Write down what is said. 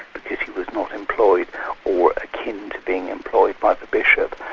but if he was not employed or akin to being employed by the bishop,